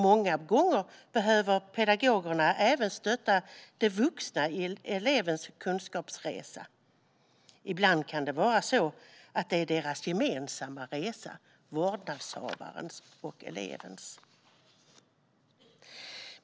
Många gånger behöver pedagogerna även stötta de vuxna i elevens kunskapsresa. Ibland kan det vara så att det är deras gemensamma resa - vårdnadshavarens och elevens.